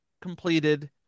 completed